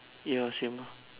ya same ah